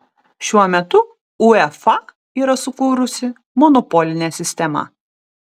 šiuo metu uefa yra sukūrusi monopolinę sistemą